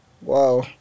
wow